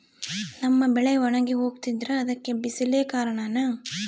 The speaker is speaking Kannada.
ನಮ್ಮ ಬೆಳೆ ಒಣಗಿ ಹೋಗ್ತಿದ್ರ ಅದ್ಕೆ ಬಿಸಿಲೆ ಕಾರಣನ?